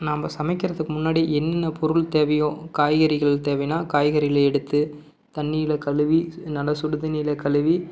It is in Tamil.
நாம் சமைக்கிறதுக்கு முன்னாடி என்னென்ன பொருள் தேவையோ காய்கறிகள் தேவைன்னால் காய்கறிகளை எடுத்து தண்ணியில் கழுவி நல்லா சுடுதண்ணியில் கழுவி